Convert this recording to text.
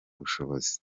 bushobozi